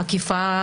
עקיפה,